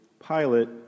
pilot